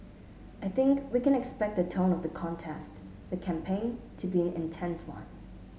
I think we can expect the tone of the contest the campaign to be an intense one